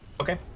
okay